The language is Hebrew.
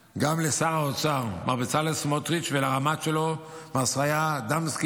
גם לשר האוצר מר בצלאל סמוטריץ' ולרמ"ט שלו מר שריה דמסקי,